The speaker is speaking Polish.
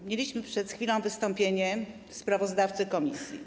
Widzieliśmy przed chwilą wystąpienie sprawozdawcy komisji.